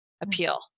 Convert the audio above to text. appeal